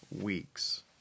weeks